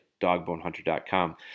dogbonehunter.com